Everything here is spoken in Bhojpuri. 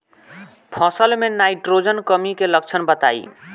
फसल में नाइट्रोजन कमी के लक्षण बताइ?